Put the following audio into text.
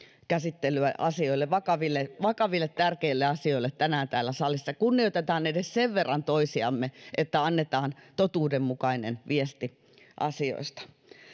käsittelyä asioille vakaville vakaville tärkeille asioille tänään täällä salissa kunnioitetaan edes sen verran toisiamme että annetaan totuudenmukainen viesti asioista